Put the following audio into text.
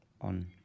on